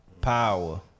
Power